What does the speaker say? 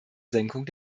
senkung